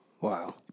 Wow